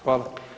Hvala.